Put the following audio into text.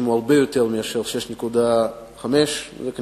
הוא הרבה יותר מאשר 6.5 מיליוני שקלים.